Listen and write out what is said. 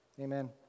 Amen